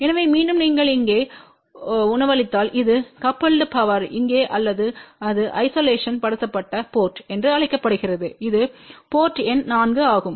எனவே மீண்டும் நீங்கள் இங்கே உணவளித்தால் இது கபுல்டு பவர் இங்கே அல்லது இது ஐசோலேடெட் படுத்தப்பட்ட போர்ட் என்று அழைக்கப்படுகிறது இது போர்ட் எண் 4 ஆகும்